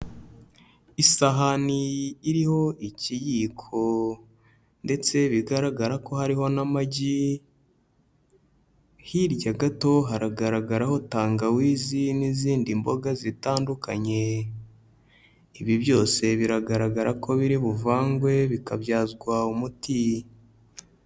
Isahani iriho ikiyiko ndetse bigaragara ko hariho n'amagi, hirya gato haragaragaraho tangawizi n'izindi mboga zitandukanye, ibi byose biragaragara ko biri buvangwe bikabyazwa umuti.